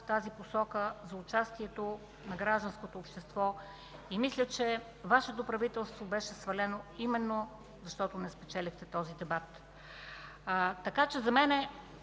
тази посока – за участието на гражданското общество. Мисля, че Вашето правителство беше свалено именно, защото не спечелихте този дебат. За мен